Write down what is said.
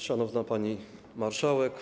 Szanowna Pani Marszałek!